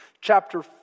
chapter